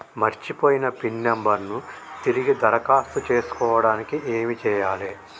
మర్చిపోయిన pin number ను తిరిగి దరఖాస్తు చేసుకోవడానికి ఏమి చేయాలే?